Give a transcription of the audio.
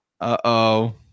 uh-oh